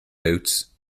roots